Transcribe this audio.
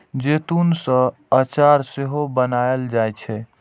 जैतून सं अचार सेहो बनाएल जाइ छै